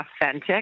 authentic